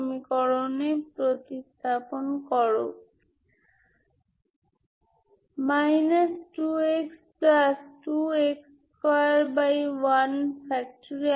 সুতরাং যদি আপনি এটি বিবেচনা করেন 0 1 2 এবং এগুলি এখানে তা ছাড়া আর কিছুই নয়